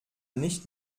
nicht